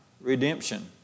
redemption